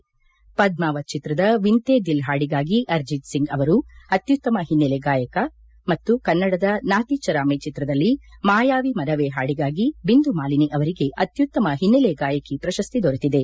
ಪದ್ಮಾವತ್ ಚಿತ್ರದ ವಿಂತೇ ದಿಲ್ ಪಾಡಿಗಾಗಿ ಅರಿಜಿತ್ ಸಿಂಗ್ ಅವರು ಅತ್ಯುತ್ತಮ ಓನ್ನೆಲೆ ಗಾಯಕ ಮತ್ತು ಕನ್ನಡದ ನಾತಿಚರಾಮಿ ಚಿತ್ರದಲ್ಲಿ ಮಾಯಾವಿ ಮನವೇ ಹಾಡಿಗಾಗಿ ಬಿಂದು ಮಾಲಿನಿ ಅವರಿಗೆ ಅತ್ತುತ್ತಮ ಹಿನ್ನೆಲೆ ಗಾಯಕಿ ಪ್ರಶಸ್ತಿ ದೊರೆತಿದೆ